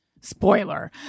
Spoiler